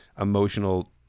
emotional